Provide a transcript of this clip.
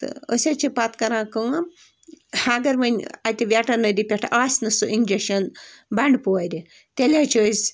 تہٕ أسۍ حظ چھِ پَتہٕ کَران کٲم اَگر وَنہِ اَتہِ وٮ۪ٹَنٔری پٮ۪ٹھ آسہِ نہٕ سُہ اِنجَشَن بَنٛڈٕ پورِ تیٚلہِ حظ چھِ أسۍ